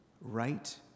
right